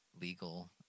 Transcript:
legal